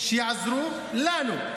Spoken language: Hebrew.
שיעזרו לנו,